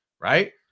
right